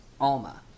Alma